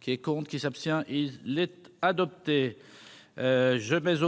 Qui est contre qui s'abstient, il est adopté, je mais